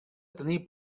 tenir